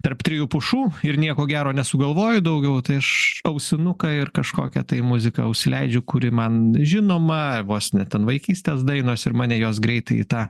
tarp trijų pušų ir nieko gero nesugalvoju daugiau tai aš ausinuką ir kažkokią tai muziką užsileidžiu kuri man žinoma vos ne ten vaikystės dainos ir mane jos greitai į tą